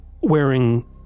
wearing